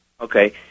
okay